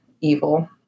evil